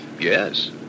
Yes